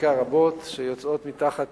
חקיקה רבות שיוצאות מתחת